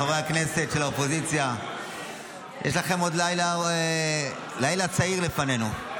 חברי הכנסת של האופוזיציה, לילה צעיר לפנינו.